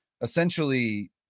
essentially